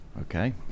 okay